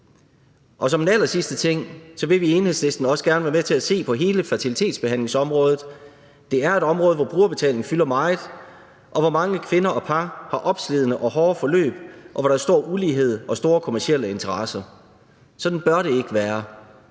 æg. Som en allersidste ting vil vi i Enhedslisten også gerne være med til at se på hele fertilitetsbehandlingsområdet. Det er et område, hvor brugerbetalingen fylder meget, og hvor mange kvinder og par har opslidende og hårde forløb, og hvor der er stor ulighed og store kommercielle interesser. Sådan bør det ikke være,